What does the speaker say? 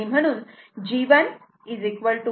म्हणून g 10